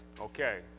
Okay